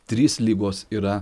trys ligos yra